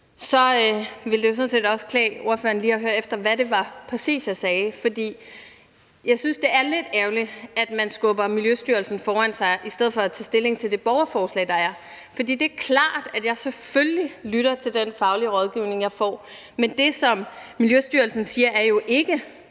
sådan set også, det vil klæde ordføreren lige at høre efter, hvad det præcis var, jeg sagde. For jeg synes, det er lidt ærgerligt, at man skubber Miljøstyrelsen foran sig i stedet for at tage stilling til det borgerforslag, der er. For det er klart, at jeg selvfølgelig lytter til den faglige rådgivning, jeg får. Men det, som Miljøstyrelsen siger, er jo ikke,